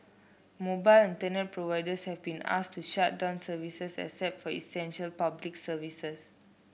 mobile Internet providers have been asked to shut down service except for essential Public Services